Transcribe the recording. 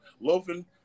loafing